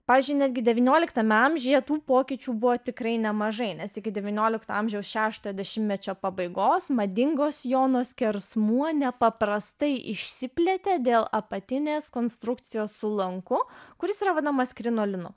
pavyzdžiui netgi devynioliktame amžiuje tų pokyčių buvo tikrai nemažai nes iki devyniolikto amžiaus šeštojo dešimtmečio pabaigos madingo sijono skersmuo nepaprastai išsiplėtė dėl apatinės konstrukcijos su lanku kuris yra vadinamas krinolinu